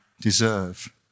deserve